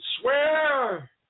swear